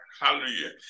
Hallelujah